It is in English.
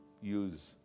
use